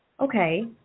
Okay